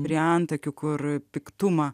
prie antakių kur piktumą